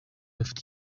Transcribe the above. bafite